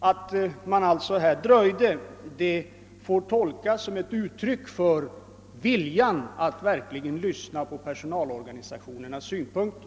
Att man dröjde med förhandlingsuppdraget får alltså tas som ett uttryck för viljan att verkligen lyssna på personalorganisationernas synpunkter.